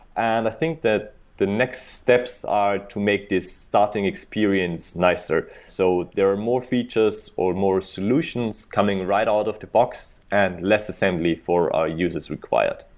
and i think that the next steps are to make this starting experience nicer. so there are more features or more solutions coming right out of the box and less assembly for our user is required.